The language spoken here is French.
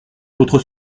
l’autre